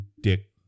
Dick